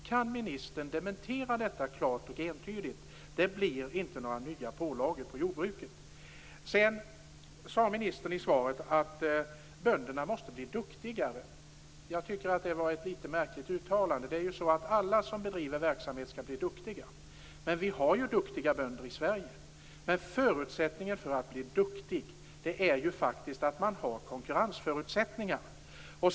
Kan ministern klart och entydigt dementera att det inte blir några nya pålagor på jordbruket? Ministern sade i svaret att bönderna måste bli duktigare. Jag tycker att det var ett något märkligt uttalande. Alla som bedriver verksamhet skall bli duktiga. Men vi har ju duktiga bönder i Sverige. Men förutsättningen för att bli duktig är ju att man har konkurrensförutsättningarna.